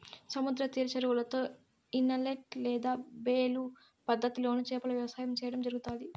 సముద్ర తీర చెరువులలో, ఇనలేట్ లేదా బేలు పద్ధతి లోను చేపల వ్యవసాయం సేయడం జరుగుతాది